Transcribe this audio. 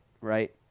right